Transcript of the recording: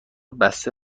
بسته